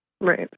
right